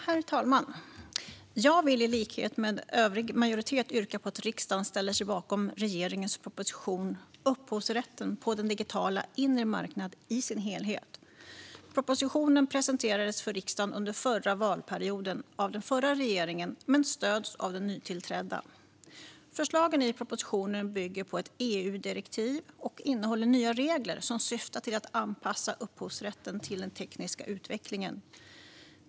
Herr talman! Jag vill, i likhet med övrig majoritet, yrka på att riksdagen ställer sig bakom regeringens proposition Upphovsrätten på den digitala inre marknaden i sin helhet. Propositionen presenterades för riksdagen under förra mandatperioden av den förra regeringen men stöds av den nytillträdda. Förslagen i propositionen bygger på ett EU-direktiv och innehåller nya regler som syftar till att anpassa upphovsrätten till den tekniska utvecklingen.